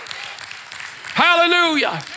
Hallelujah